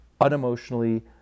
unemotionally